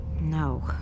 No